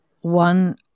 one